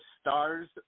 Stars